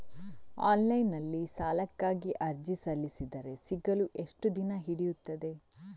Online ನಲ್ಲಿ ಸಾಲಕ್ಕಾಗಿ ಅರ್ಜಿ ಸಲ್ಲಿಸಿದರೆ ಸಿಗಲು ಎಷ್ಟು ದಿನ ಹಿಡಿಯುತ್ತದೆ?